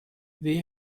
they